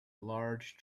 large